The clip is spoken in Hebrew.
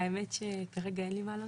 האמת שכרגע אין לי מה להוסיף,